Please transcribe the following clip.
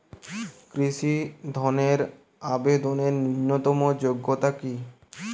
কৃষি ধনের আবেদনের ন্যূনতম যোগ্যতা কী?